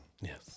Yes